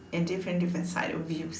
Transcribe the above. and different different side of views